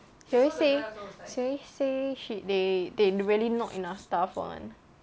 she always say she always say she they they really not enough staff one